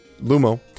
Lumo